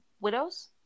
Widows